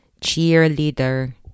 cheerleader